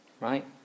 Right